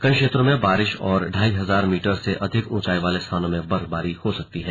कई क्षेत्रों में बारिश और ढाई हजार मीटर से अधिक ऊंचाई वाले स्थानों में बर्फबारी हो सकती है